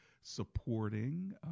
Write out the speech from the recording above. supporting